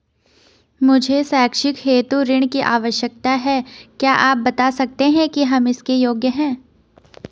मुझे शैक्षिक हेतु ऋण की आवश्यकता है क्या आप बताना सकते हैं कि हम इसके योग्य हैं?